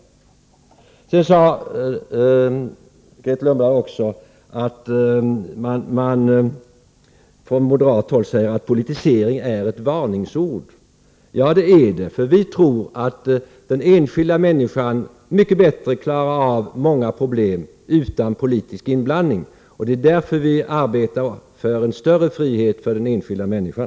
Grethe Lundblad säger också att man från moderat håll påstår att ordet politisering är ett varningsord. Ja, det är det. Vi tror nämligen att den enskilda människan mycket bättre klarar av många problem utan politisk inblandning. Det är därför vi arbetar för en större frihet för den enskilda människan.